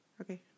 Okay